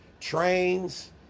trains